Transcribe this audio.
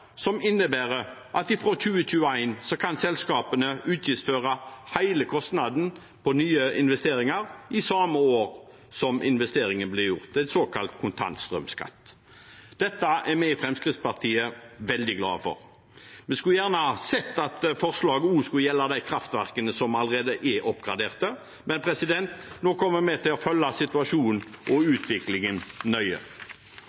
som innebærer at fra 2021 kan selskapene utgiftsføre hele kostnaden ved nye investeringer i det samme året som investeringen ble gjort – en såkalt kontantstrømskatt. Dette er vi i Fremskrittspartiet veldig glade for. Vi skulle gjerne sett at forslaget også hadde gjeldt de kraftverkene som allerede er oppgradert, men vi kommer til å følge situasjonen og